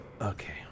Okay